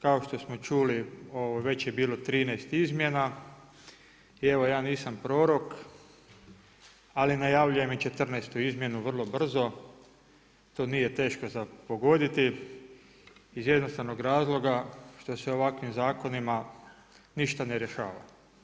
Kao što smo čuli već je bilo 13 izmjena i evo, ja nisam prorok, ali najavljujem i 14 izmjenu vrlo brzo, to nije teško za pogoditi, iz jednostavnog razloga, što se ovakvim zakonima ništa ne rješava.